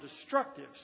destructive